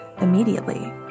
immediately